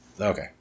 Okay